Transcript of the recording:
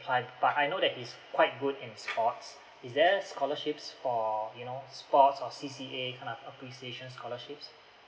apply but I know that he's quite good in sports is there scholarships for you know sports or C_C_A kind of appreciation scholarships